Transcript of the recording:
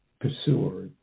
pursuer